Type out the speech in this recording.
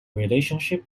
relationship